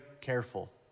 careful